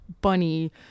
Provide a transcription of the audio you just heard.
bunny